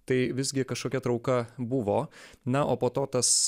tai visgi kažkokia trauka buvo na o po to tas